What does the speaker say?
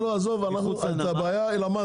את הבעיה שם למדנו.